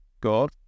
God